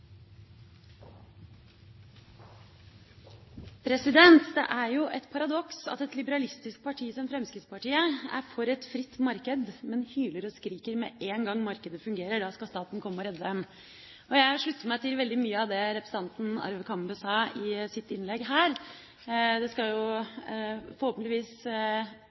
et paradoks at et liberalistisk parti som Fremskrittspartiet er for et fritt marked, men hyler og skriker med en gang markedet fungerer; da skal staten komme og redde dem. Jeg slutter meg til veldig mye av det representanten Arve Kambe sa i sitt innlegg her. Det skal forhåpentligvis